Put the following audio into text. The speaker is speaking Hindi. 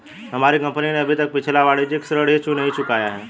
हमारी कंपनी ने अभी तक पिछला वाणिज्यिक ऋण ही नहीं चुकाया है